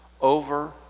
over-